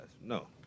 no